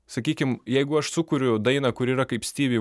sakykim jeigu aš sukuriu dainą kuri yra kaip stivi